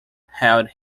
held